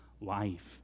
life